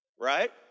right